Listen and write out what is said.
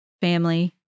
family